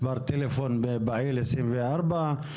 מספר טלפון פעיל 24 שעות.